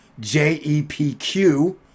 JEPQ